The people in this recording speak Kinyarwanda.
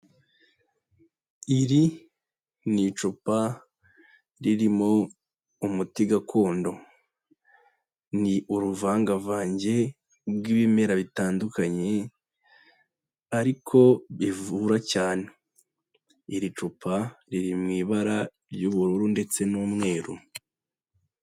Iri ni icupa ririmo umuti gakondo. Ni uruvangavange rw'ibimera bitandukanye ariko bivura cyane. Iri cupa riri mu ibara ry'ubururu ndetse n'umweru.